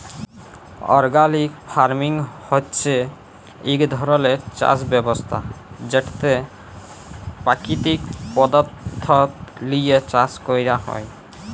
organic farming হছে ইক ধরলের চাষ ব্যবস্থা যেটতে পাকিতিক পদাথ্থ লিঁয়ে চাষ ক্যরা হ্যয়